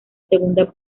segunda